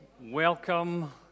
Welcome